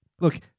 Look